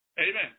Amen